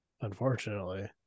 unfortunately